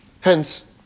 Hence